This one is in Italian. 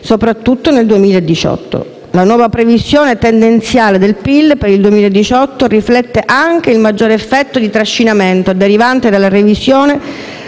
soprattutto nel 2018. La nuova previsione tendenziale del PIL per il 2018 riflette anche il maggior effetto di trascinamento derivante dalla revisione